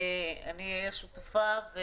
אני אהיה שותפה.